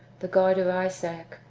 the god of isaac,